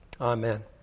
Amen